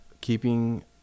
keeping